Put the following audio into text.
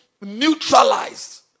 neutralized